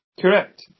Correct